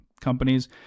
companies